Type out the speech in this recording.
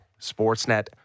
Sportsnet